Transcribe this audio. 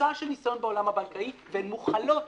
והן מוּחלות